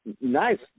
nice